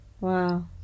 Wow